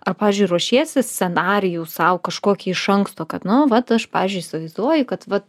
ar pavyzdžiui ruošiesi scenarijų sau kažkokį iš anksto kad nu vat aš pavyzdžiui įsivaizduoju kad vat